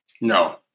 No